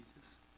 jesus